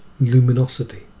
luminosity